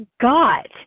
got